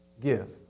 give